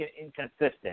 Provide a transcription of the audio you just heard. inconsistent